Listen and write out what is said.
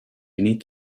beneath